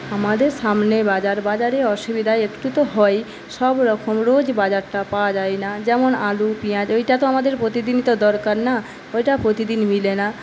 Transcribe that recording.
আমাদের সামনে বাজার বাজারে অসুবিধা একটু তো হয় সবরকম রোজ বাজারটা পাওয়া যায় না যেমন আলু পেঁয়াজ ওইটা তো আমাদের প্রতিদিনই তো দরকার না ওইটা প্রতিদিন মেলে না